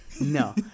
no